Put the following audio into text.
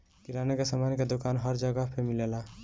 किराना के सामान के दुकान हर जगह पे मिलेला